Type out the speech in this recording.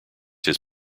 his